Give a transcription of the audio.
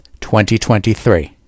2023